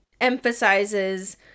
emphasizes